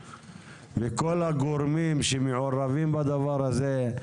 וכל הגורמים שמעורבים בדבר הזה,